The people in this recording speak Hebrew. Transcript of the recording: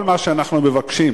כל מה שאנחנו מבקשים,